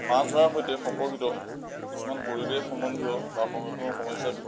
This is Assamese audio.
মাছ ধৰাৰ সৈতে সম্পৰ্কিত কিছুমান পৰিৱেশ সম্বন্ধীয় বা সংৰক্ষণৰ সমস্যাৰ